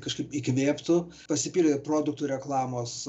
kažkaip įkvėptų pasipylė produktų reklamos